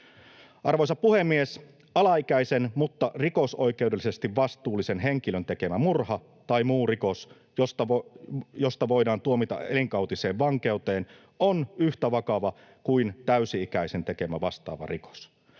Arvoisa puhemies! Alaikäisen mutta rikosoikeudellisesti vastuullisen henkilön tekemä murha tai muu rikos, josta voidaan tuomita elinkautiseen vankeuteen, on yhtä vakava kuin täysi-ikäisen tekemä vastaava rikos.